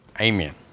Amen